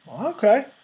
Okay